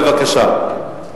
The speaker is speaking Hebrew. בבקשה,